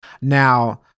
Now